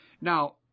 Now